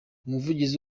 umuvugizi